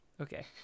Okay